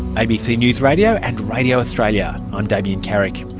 abc news radio and radio australia. i'm damien carrick.